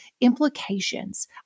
implications